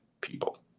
people